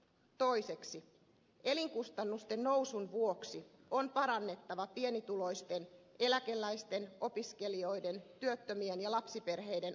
toiseksi elinkustannusten nousun vuoksi on parannettava pienituloisten eläkeläisten opiskelijoiden työttömien ja lapsiperheiden ostovoimaa